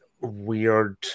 weird